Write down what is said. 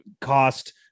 cost